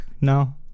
No